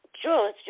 Sure